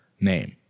name